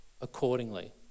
accordingly